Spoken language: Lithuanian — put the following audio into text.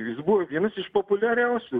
jis buvo vienas iš populiariausių